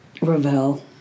Ravel